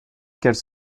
qu’elle